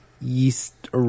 yeast